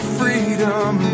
freedom